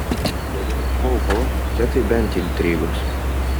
galvojau oho čia tai bent intrigos